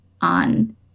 on